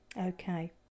okay